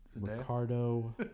Ricardo